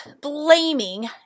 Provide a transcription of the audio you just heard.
blaming